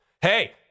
hey